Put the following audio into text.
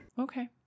Okay